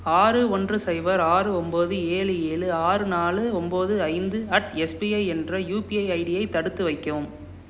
ஆறு ஒன்று ஸைபர் ஆறு ஒன்போது ஏழு ஏழு ஆறு நாலு ஒன்போது ஐந்து அட் எஸ்பிஐ என்ற யுபிஐ ஐடியை தடுத்து வைக்கவும்